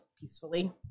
peacefully